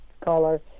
color